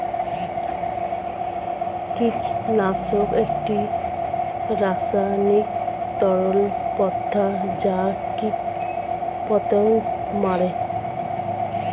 কীটনাশক একটি রাসায়নিক তরল পদার্থ যা কীটপতঙ্গ মারে